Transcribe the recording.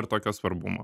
ir tokio svarbumo